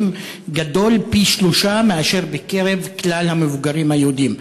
גדול פי-שלושה מאשר בקרב כלל המבוגרים היהודים,